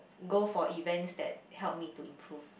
go for events that help me to improve